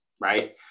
right